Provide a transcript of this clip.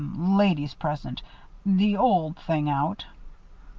ladies present the old thing out.